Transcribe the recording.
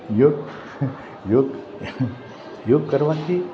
યોગ યોગ યોગ કરવાથી